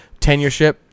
tenureship